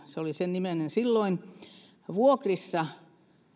se oli sen niminen silloin vuokrissa